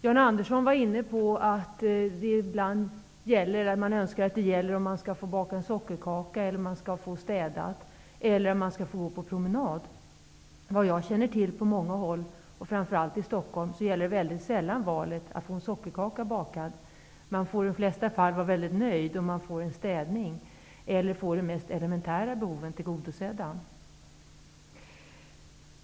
Jan Andersson var inne på att det ibland gäller om man önskar få baka en sockerkaka, städa eller gå på promenad. Vad jag känner till på många håll, framför allt i Stockholm, står mycket sällan valet om att få en sockerkaka bakad. Man får i de flesta fall vara mycket nöjd för en städning eller för att få de mest elementära behoven tillgodosedda.